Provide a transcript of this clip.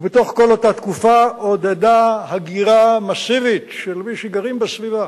בתוך כל אותה תקופה היא עודדה הגירה מסיבית של מי שגרים בסביבה